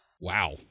Wow